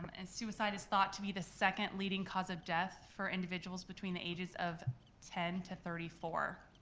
and suicide is thought to be the second leading cause of death for individuals between the ages of ten to thirty four.